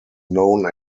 known